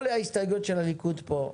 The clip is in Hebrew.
כל ההסתייגויות של הליכוד כאן.